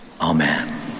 Amen